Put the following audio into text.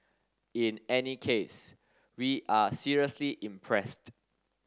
in any case we are seriously impressed